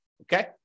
okay